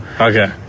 Okay